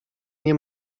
nie